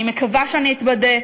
אני מקווה שאני אתבדה,